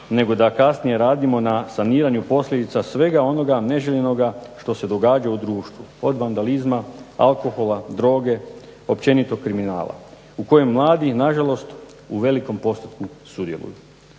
nego da kasnije radimo na saniranju posljedica svega onoga neželjenoga što se događa u društvu od vandalizma, alkohola, droge, općenito kriminala u kojem mladi na žalost u velikom postotku sudjeluju.